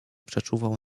przeczuwał